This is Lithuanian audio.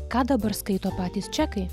ką dabar skaito patys čekai